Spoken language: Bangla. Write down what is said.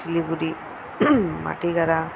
শিলিগুড়ি মাটিগারা